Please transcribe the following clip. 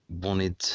wanted